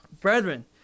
Brethren